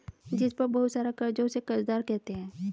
जिस पर बहुत सारा कर्ज हो उसे कर्जदार कहते हैं